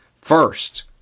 First